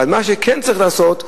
אבל מה שכן צריך לעשות,